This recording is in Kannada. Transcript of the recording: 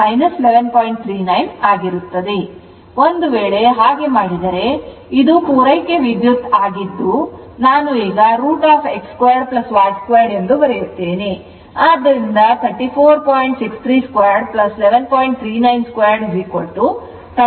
ಆದ್ದರಿಂದ ಒಂದು ವೇಳೆ ಹಾಗೆ ಮಾಡಿದರೆ ಇದು ಪೂರೈಕೆ ವಿದ್ಯುತ್ ಆಗಿದ್ದು ನಾನು ಈಗ √ x2y2 ಎಂದು ಬರೆಯುತ್ತೇನೆ